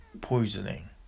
poisoning